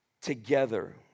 together